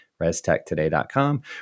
restechtoday.com